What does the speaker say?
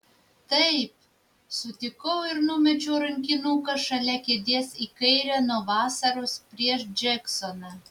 taip sutikau ir numečiau rankinuką šalia kėdės į kairę nuo vasaros prieš džeksoną